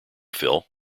phil